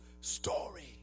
story